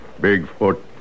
Bigfoot